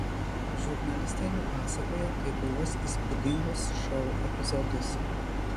žurnalistai nupasakoja kai kuriuos įspūdingus šou epizodus